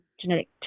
genetic